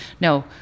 no